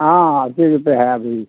हँ अस्सी रुपैए हइ अभी